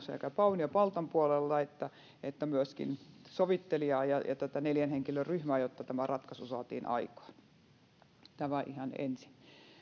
sekä paun että paltan puolella olleita ihmisiä että myöskin sovittelijaa ja ja tätä neljän henkilön ryhmää jotta tämä ratkaisu saatiin aikaan tämä ihan ensin